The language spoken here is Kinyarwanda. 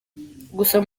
gusoma